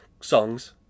songs